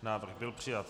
Návrh byl přijat.